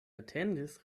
atendis